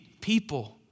people